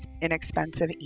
inexpensive